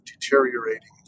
deteriorating